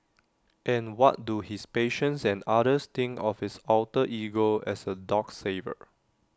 and what do his patients and others think of his alter ego as A dog saver